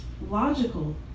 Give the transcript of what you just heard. logical